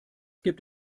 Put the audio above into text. gibt